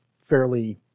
fairly